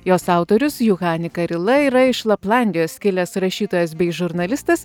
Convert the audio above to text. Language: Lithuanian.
jos autorius juhani karila yra iš laplandijos kilęs rašytojas bei žurnalistas